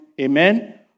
Amen